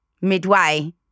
midway